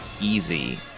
easy